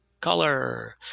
color